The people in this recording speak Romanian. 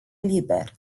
liber